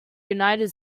united